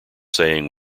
saying